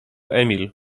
emil